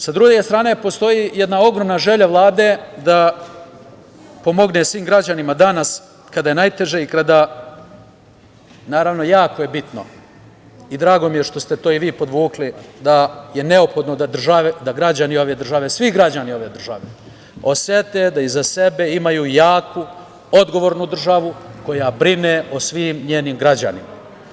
Sa druge strane, postoji jedna ogromna želja Vlade da pomogne svim građanima danas kada je najteže i kada naravno, jako je bitno i drago mi je što ste to i vi podvukli da je neophodno da građani ove države, svi građani ove države osete da iza sebe imaju jaku, odgovornu državu koja brine o svim njenim građanima.